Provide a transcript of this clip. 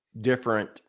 different